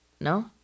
no